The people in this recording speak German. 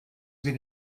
wie